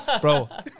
Bro